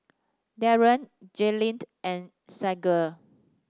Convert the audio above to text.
Darryll Jayleened and Saige